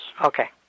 Okay